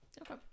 Okay